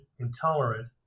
intolerant